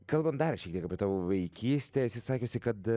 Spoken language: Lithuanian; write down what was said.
kalbant dar aš į gerbiu tavo vaikystėje esi sakiusi kad